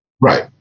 Right